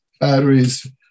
batteries